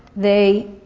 they